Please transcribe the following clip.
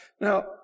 Now